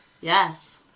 Yes